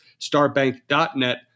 StarBank.net